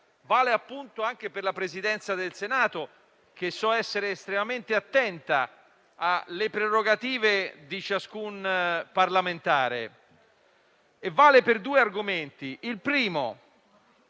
anche alla Presidenza del Senato, che so essere estremamente attenta alle prerogative di ciascun parlamentare e verte su due argomenti.